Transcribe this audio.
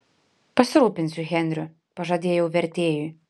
pasirūpinsiu henriu pažadėjau vertėjui